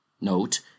note